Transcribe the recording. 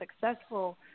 successful